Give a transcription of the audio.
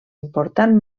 important